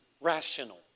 rational